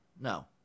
No